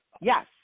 yes